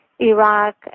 Iraq